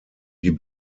die